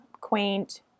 quaint